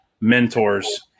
mentors